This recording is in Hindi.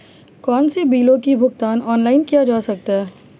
कौनसे बिलों का भुगतान ऑनलाइन किया जा सकता है?